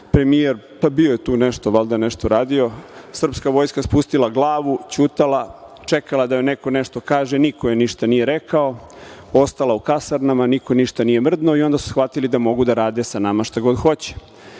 premijer bio je tu, valjda nešto radio, srpska vojska spustila glavu, ćutala, čekala da joj neko nešto kaže. Niko joj ništa nije rekao, ostala u kasarnama, niko ništa nije mrdnuo i onda su shvatili da mogu da rade sa nama šta god